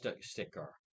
sticker